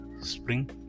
Spring